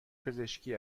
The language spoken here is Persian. پزشکی